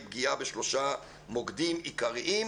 היא פגיעה בשלושה מוקדים עיקריים,